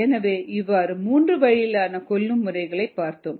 எனவே இவ்வாறு 3 வழியிலான கொல்லும் முறைகள் பார்த்தோம்